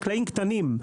החקלאים הקטנים,